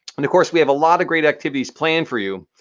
and of course we have a lot of great activities planned for you.